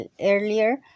earlier